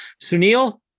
Sunil